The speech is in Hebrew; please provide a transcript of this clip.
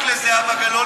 לא תואם איתנו.